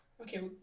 Okay